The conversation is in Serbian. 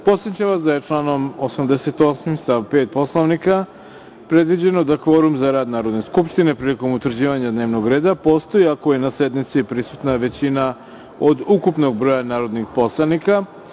Podsećam vas da je članom 88. stav 5. Poslovnika predviđeno da kvorum za rad Narodne skupštine prilikom utvrđivanja dnevnog reda postoji ako je na sednici prisutna većina od ukupnog broja narodnih poslanika.